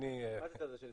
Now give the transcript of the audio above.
מה זה הצד השני?